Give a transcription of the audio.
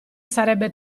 sarebbe